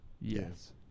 Yes